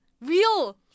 real